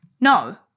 No